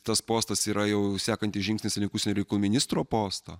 tas postas yra jau sekantis žingsnislink užsienio reikalų ministro postą